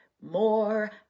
more